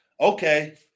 okay